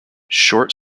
short